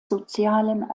sozialen